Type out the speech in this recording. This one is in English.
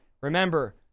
remember